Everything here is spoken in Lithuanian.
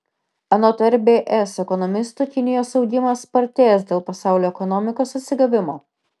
anot rbs ekonomistų kinijos augimas spartės dėl pasaulio ekonomikos atsigavimo